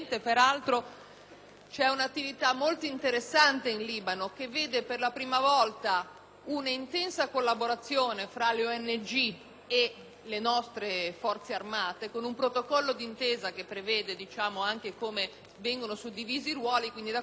un'attività molto interessante che vede per la prima volta un'intensa collaborazione tra le ONG e le nostre Forze armate, con un protocollo d'intesa che prevede anche le modalità di suddivisione dei ruoli.